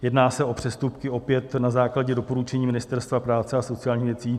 Jedná se o přestupky opět na základě doporučení Ministerstva práce a sociálních věcí.